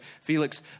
Felix